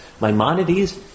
Maimonides